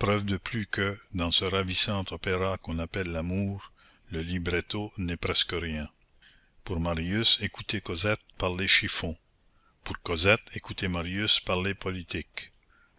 preuve de plus que dans ce ravissant opéra qu'on appelle l'amour le libretto n'est presque rien pour marius écouter cosette parler chiffons pour cosette écouter marius parler politique